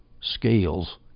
scales